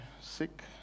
sick